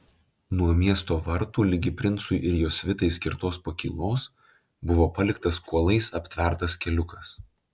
nuo miesto vartų ligi princui ir jo svitai skirtos pakylos buvo paliktas kuolais aptvertas keliukas